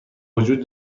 وجود